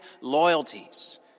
loyalties